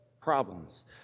problems